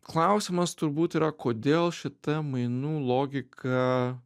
klausimas turbūt yra kodėl šita mainų logika